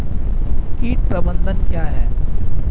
कीट प्रबंधन क्या है?